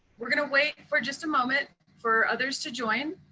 we're going to wait for just a moment for others to join.